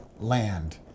land